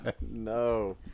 No